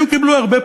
הם קיבלו הרבה פחות,